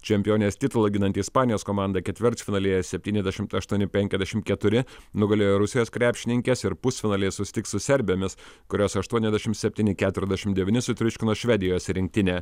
čempionės titulą ginanti ispanijos komanda ketvirtfinalyje septyniasdešimt aštuoni penkiasdešimt keturi nugalėjo rusijos krepšininkes ir pusfinalyje susitiks su serbėmis kurios aštuoniasdešimt septyni keturiasdešim devyni sutriuškino švedijos rinktinę